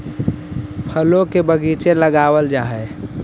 फलों के बगीचे लगावल जा हई